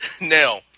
Now